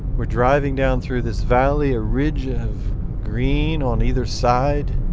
we're driving down through this valley, a ridge of green on either side,